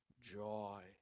joy